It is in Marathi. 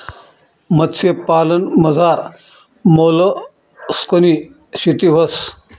मत्स्यपालनमझार मोलस्कनी शेती व्हस